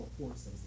forces